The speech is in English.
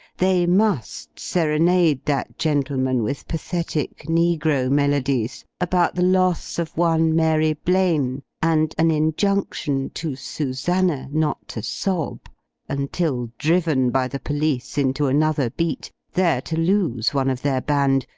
they must serenade that gentleman with pathetic negro-melodies about the loss of one mary blane, and an injunction to susannah not to sob until driven by the police into another beat, there to lose one of their band,